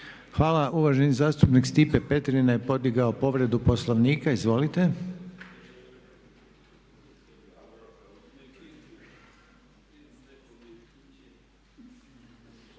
Hvala. Uvaženi zastupnik Stipe Petrina je podigao povredu Poslovnika. Izvolite.